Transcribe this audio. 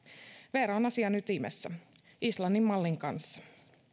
veera on asian ytimessä islannin mallin kanssa